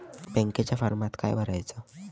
बँकेच्या फारमात काय भरायचा?